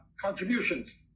contributions